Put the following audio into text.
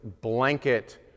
blanket